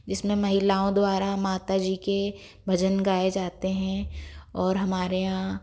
जिस में महिलाओं द्वारा माता जी के भजन गाए जाते हैं और हमारे यहाँ